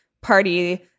party